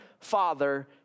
father